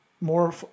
more